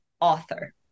author